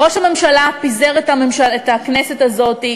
ראש הממשלה פיזר את הכנסת הזאת,